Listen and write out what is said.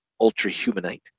ultra-humanite